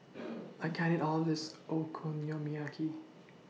I can't eat All This Okonomiyaki